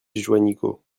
juanico